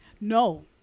No